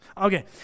okay